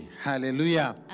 Hallelujah